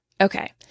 Okay